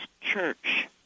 Church